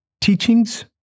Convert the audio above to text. teachings